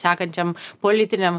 sekančiam politiniam